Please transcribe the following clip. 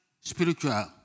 spiritual